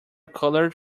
colored